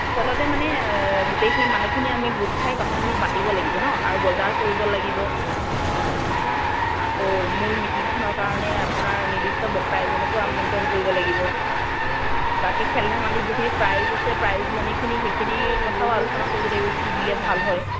আচলতে মানে গোটেইখিনি মানুহখিনি আমি গোট খাই কথাখিনি পাতিব লাগিব নহ্ আৰু বজাৰ কৰিব লাগিব আকৌ মূল মিটিংখনৰ কাৰণে আপোনাৰ নিৰ্দিষ্ট বক্তা এজনকো আমন্ত্ৰণ কৰিব লাগিব বাকী খেল ধেমালিত যিখিনি প্ৰাইজ আছে প্ৰাইজ মনিখিনি সেইখিনিৰ কথাও আলোচনা কৰিব লাগিব কি দিলে ভাল হয়